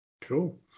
Cool